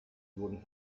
wurden